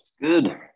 Good